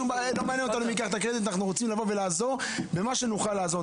אנחנו רוצים לעזור במה שנוכל לעזור.